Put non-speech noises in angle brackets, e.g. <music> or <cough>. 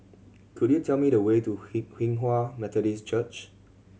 could you tell me the way to <unintelligible> Hinghwa Methodist Church